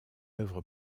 œuvre